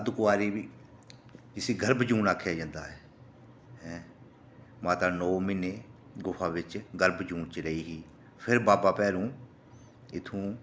अर्द्धकुंवारी बी इसी गर्भजून आक्खेआ जंदा ऐ माता नौ म्हीनै गर्भजून च रेही ही फिर बाबा भैरो इत्थूं